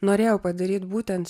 norėjau padaryt būtent